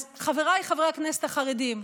אז חבריי חברי הכנסת החרדים,